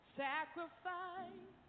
sacrifice